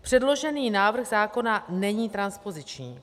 Předložený návrh zákona není transpoziční.